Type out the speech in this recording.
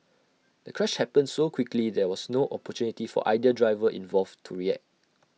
the crash happened so quickly there was no opportunity for either driver involved to react